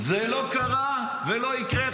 זה לא קרה, ולא יקרה.